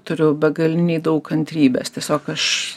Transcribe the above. turiu begaliniai daug kantrybės tiesiog aš